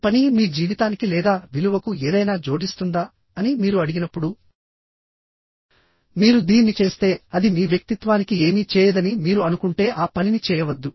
ఈ పని మీ జీవితానికి లేదా విలువకు ఏదైనా జోడిస్తుందా అని మీరు అడిగినప్పుడు మీరు దీన్ని చేస్తే అది మీ వ్యక్తిత్వానికి ఏమీ చేయదని మీరు అనుకుంటే ఆ పనిని చేయవద్దు